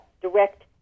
direct